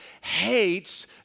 hates